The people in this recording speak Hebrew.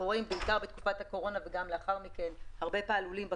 בעיקר בתקופת הקורונה אבל גם לאחר מכן אנחנו רואים הרבה פעלולים בכביש.